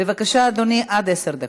בבקשה, אדוני, עד עשר דקות.